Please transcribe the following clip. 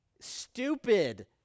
stupid